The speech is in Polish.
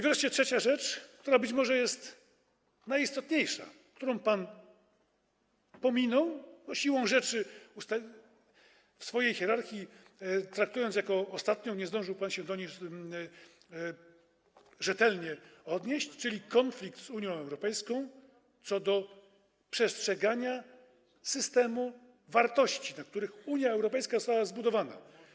Wreszcie trzecia rzecz, która być może jest najistotniejsza, którą pan pominął, bo siłą rzeczy, traktując ją w swojej hierarchii jako ostatnią, nie zdążył pan się do niej rzetelnie odnieść, czyli konflikt z Unią Europejską co do przestrzegania systemu wartości, na których Unia Europejska została zbudowana.